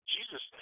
Jesus